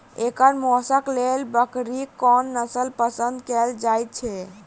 एकर मौशक लेल बकरीक कोन नसल पसंद कैल जाइ छै?